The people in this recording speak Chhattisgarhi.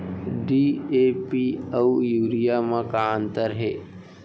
डी.ए.पी अऊ यूरिया म का अंतर हे?